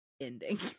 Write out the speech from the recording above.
ending